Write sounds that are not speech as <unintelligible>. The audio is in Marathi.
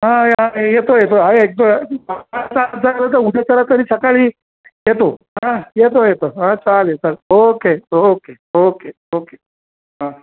हा हा येतो येतो एकदा <unintelligible> उशीर झाला तर सकाळी येतो हा येतो येतो हा चालेल चालेल ओके ओके ओके ओके हा